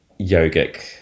yogic